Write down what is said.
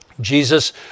Jesus